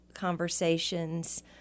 conversations